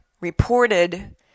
reported